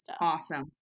Awesome